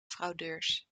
fraudeurs